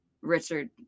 Richard